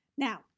Now